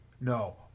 No